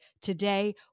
today